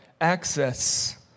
access